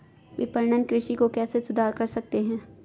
विपणन कृषि को कैसे सुधार सकते हैं?